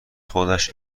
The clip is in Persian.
خودش